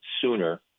sooner